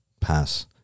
pass